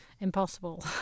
impossible